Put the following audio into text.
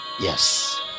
yes